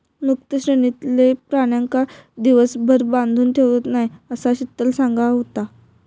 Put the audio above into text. मुक्त श्रेणीतलय प्राण्यांका दिवसभर बांधून ठेवत नाय, असा शीतल सांगा होता